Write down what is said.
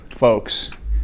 Folks